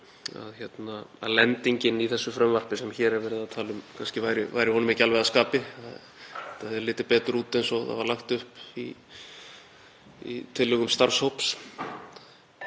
að lendingin í því frumvarpi sem hér er verið að tala um væri honum kannski ekki alveg að skapi, þetta hefði litið betur út eins og það var lagt upp í tillögum starfshóps.